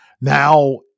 Now